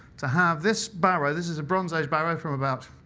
to have this barrow this is a bronze age barrow from about